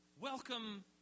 welcome